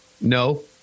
no